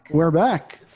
we're back.